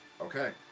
Okay